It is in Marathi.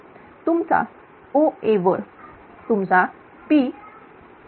तुमच्या OA वर